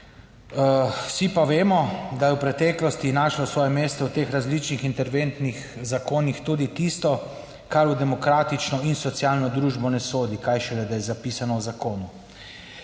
Vsi pa vemo, da je v preteklosti našlo svoje mesto v teh različnih interventnih zakonih tudi tisto, kar v demokratično in socialno družbo ne sodi, kaj šele, da je zapisano v zakonu.